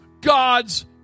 God's